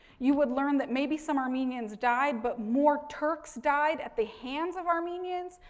you would learn that maybe some armenians died but more turks died at the hand of armenians,